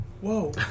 Whoa